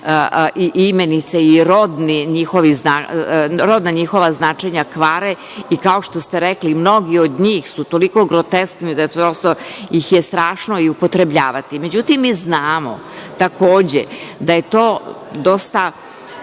imenice i rodna njihova značenja kvare i kao što ste rekli, mnogi od njih su toliko grotesni da prosto ih je strašno i upotrebljavati.Međutim, mi znamo takođe da je to dosta,